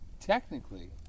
technically